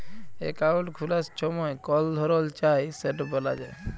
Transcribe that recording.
account খুলার ছময় কল ধরল চায় সেট ব্যলা যায়